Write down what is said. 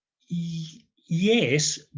Yes